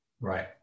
Right